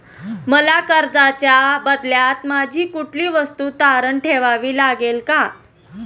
मला कर्जाच्या बदल्यात माझी कुठली वस्तू तारण ठेवावी लागेल का?